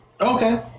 Okay